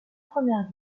première